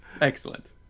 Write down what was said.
Excellent